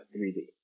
3D